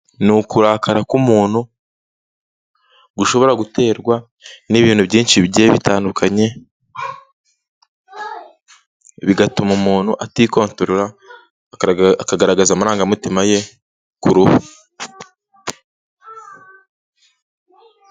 Ni ukurakara k'umuntu, gushobora guterwa n'ibintu byinshi bigiye bitandukanye, bigatuma umuntu atikontorora, akagaragaza amarangamutima ye ku ruhu.